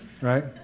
right